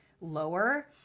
lower